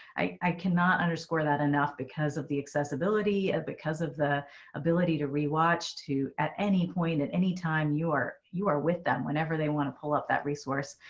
i cannot underscore that enough because of the accessibility of because of the ability to rewatch to at any point at anytime your you are with them whenever they want to pull up that resource.